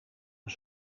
een